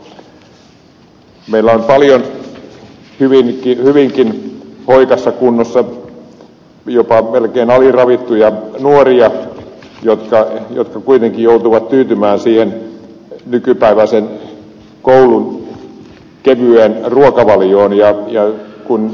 meillä on paljon hyvinkin hoikassa kunnossa olevia jopa melkein aliravittuja nuoria jotka kuitenkin joutuvat tyytymään siihen nykypäiväisen koulun kevyeen ruokavalioon